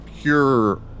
pure